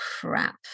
crap